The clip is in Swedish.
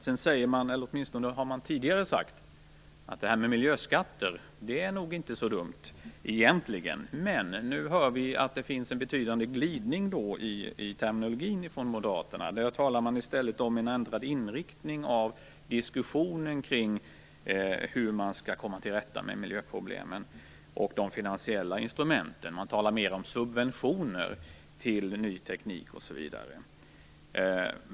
Sedan säger de, eller har åtminstone tidigare sagt, att miljöskatter nog inte är så dumt egentligen. Men nu hör vi att det finns en betydande glidning i terminologin från Moderaterna. Nu talar de i stället om en ändrad inriktning av diskussionen kring hur man skall komma till rätta med miljöproblemen och de finansiella instrumenten. De talar mer om subventioner till ny teknik osv.